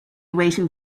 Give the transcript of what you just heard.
waiting